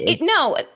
no